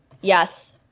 Yes